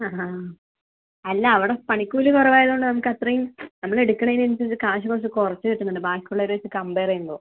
അ ആ അല്ല അവിടെ പണിക്കൂലി കുറവായതുകൊണ്ട് നമുക്കത്രയും നമ്മളെടുക്കുന്നതിനനുസരിച്ച് കാശ് കുറച്ച് കുറച്ചു കിട്ടുന്നുണ്ട് ബാക്കിയുള്ളവരെ വച്ച് കംപെയർ ചെയ്യുമ്പോൾ